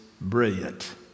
brilliant